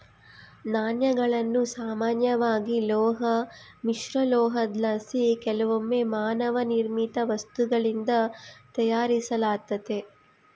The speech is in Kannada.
ನಾಣ್ಯಗಳನ್ನು ಸಾಮಾನ್ಯವಾಗಿ ಲೋಹ ಮಿಶ್ರಲೋಹುದ್ಲಾಸಿ ಕೆಲವೊಮ್ಮೆ ಮಾನವ ನಿರ್ಮಿತ ವಸ್ತುಗಳಿಂದ ತಯಾರಿಸಲಾತತೆ